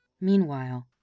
Meanwhile